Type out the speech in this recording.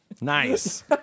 Nice